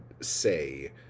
say